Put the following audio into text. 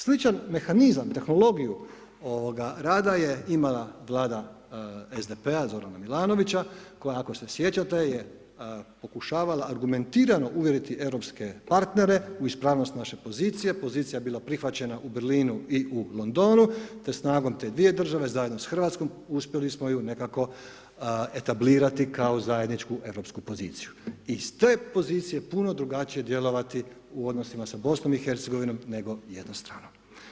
Sličan mehanizam, tehnologiju ovoga rada je imala Vlada SDP-a Zorana Milanovića koja ako se sjećate je pokušavala argumentirano uvjeriti europske partnere u ispravnost naše pozicije, pozicija je bila prihvaćena u Berlinu i u Londonu te snagom te dvije države zajedno s Hrvatskom uspjeli smo ju nekako etablirati kao zajedničku europsku poziciju i s te pozicije puno drugačije djelovati u odnosima s BiH, nego jednom stranom.